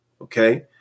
Okay